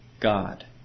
God